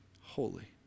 holy